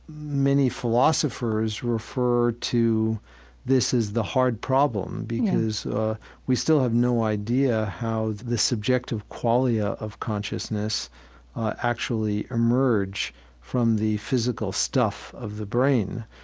many philosophers refer to this as the hard problem, because we still have no idea how this subjective quality ah of consciousness actually emerge from the physical stuff of the brain.